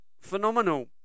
phenomenal